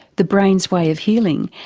the brain's way of healing,